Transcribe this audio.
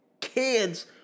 kids